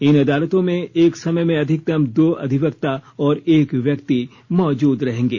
इन अदालतों में एक समय में अधिकतम दो अधिवक्ता और एक व्यक्ति मौजूद रहेंगे